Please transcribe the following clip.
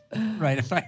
Right